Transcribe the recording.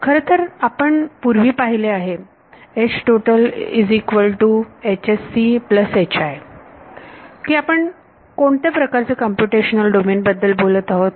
खरतर आपण पूर्वी पाहिले आहे की आपण कोणत्या प्रकारचे कंपुटेशनल डोमेन बद्दल बोलत आहोत